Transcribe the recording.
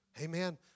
Amen